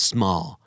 Small